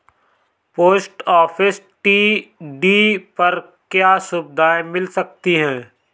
Post office TD पर क्या सुविधाएँ मिल सकती है?